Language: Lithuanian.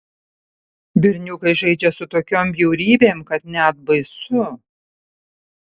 berniukai žaidžia su tokiom bjaurybėm kad net baisu